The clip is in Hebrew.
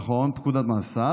נכון, פקודת מאסר.